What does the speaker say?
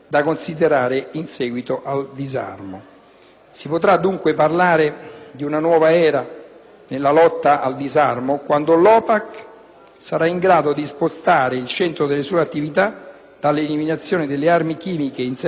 sarà in grado di spostare il centro delle sue attività dall'eliminazione delle armi chimiche in senso stretto alla piena cooperazione internazionale nel campo chimico. Tra i compiti dell'OPAC rientra anche